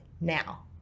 now